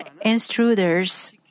intruders